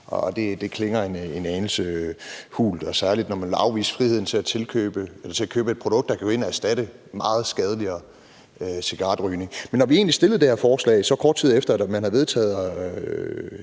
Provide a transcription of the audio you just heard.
Det klinger en anelse hult, særlig når man vil afvise friheden til at købe et produkt, der kan gå ind og erstatte meget skadeligere cigaretrygning. Men når vi egentlig fremsatte det her forslag, så kort tid efter man havde vedtaget